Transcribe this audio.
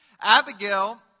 Abigail